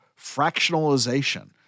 fractionalization